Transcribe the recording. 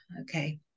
okay